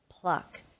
pluck